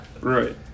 Right